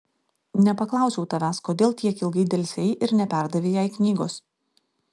nepaklausiau tavęs kodėl tiek ilgai delsei ir neperdavei jai knygos